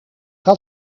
had